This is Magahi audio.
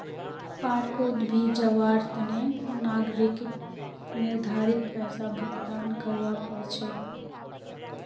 पार्कोंत भी जवार तने नागरिकक निर्धारित पैसा भुक्तान करवा पड़ छे